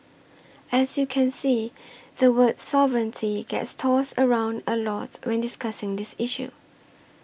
as you can see the word sovereignty gets tossed around a lot when discussing this issue